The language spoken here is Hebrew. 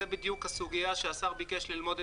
זו בדיוק הסוגייה שהשר ביקש ללמוד,